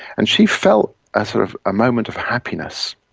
and she felt a sort of a moment of happiness.